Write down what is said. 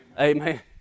Amen